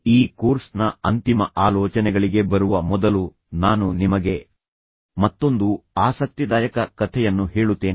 ಈ ಕೋರ್ಸ್ನ ಅಂತಿಮ ಆಲೋಚನೆಗಳಿಗೆ ಬರುವ ಮೊದಲು ನಾನು ನಿಮಗೆ ಮತ್ತೊಂದು ಆಸಕ್ತಿದಾಯಕ ಕಥೆಯನ್ನು ಹೇಳುತ್ತೇನೆ